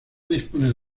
disponer